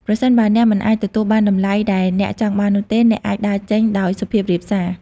ប្រសិនបើអ្នកមិនអាចទទួលបានតម្លៃដែលអ្នកចង់បាននោះទេ អ្នកអាចដើរចេញដោយសុភាពរាបសារ។